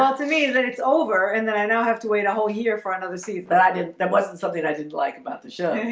ah to me that it's over and then i now have to wait a whole year for another seats but i didn't that wasn't something i didn't like about the show. yeah